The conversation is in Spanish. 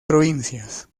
provincias